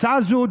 הצעה זו,